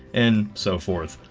and so forth.